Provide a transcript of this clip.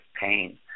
Pain